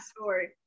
story